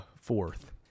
fourth